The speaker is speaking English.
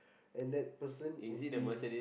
and that person would be